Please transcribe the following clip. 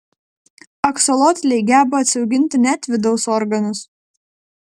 aksolotliai geba atsiauginti net vidaus organus